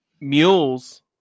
Mules